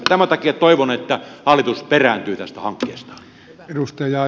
tämän takia toivon että hallitus perääntyy tästä hankkeestaan